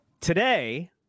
today